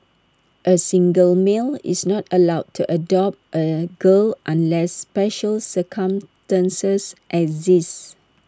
A single male is not allowed to adopt A girl unless special circumstances at this